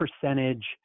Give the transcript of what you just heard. percentage